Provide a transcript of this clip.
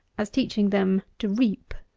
as teaching them to reap.